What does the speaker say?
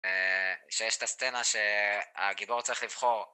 שיש את הסצנה שהגיבור צריך לבחור